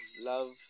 love